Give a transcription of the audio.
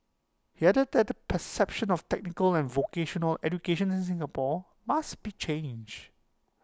he added that the perception of technical and vocational education in Singapore must be changed